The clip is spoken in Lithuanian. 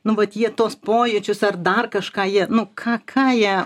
nu vat jie tuos pojūčius ar dar kažką jie nu ką ką jie